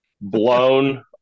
blown